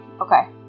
Okay